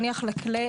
למשל,